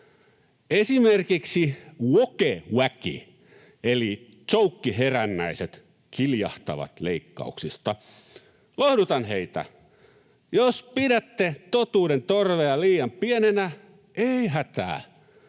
Esimerkiksi woke-wäki eli tsoukkiherännäiset kiljahtavat leikkauksista. Lohdutan heitä. Jos pidätte totuuden torvea liian pienenä, ei hätää: